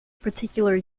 particular